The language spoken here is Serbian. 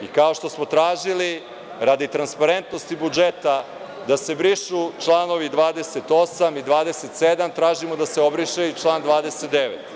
I kao što smo tražili, radi transparentnosti budžeta, da se brišu čl. 27. i 28, tražimo da se obriše i član 29.